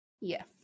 Yes